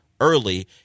early